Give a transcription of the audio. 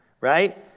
right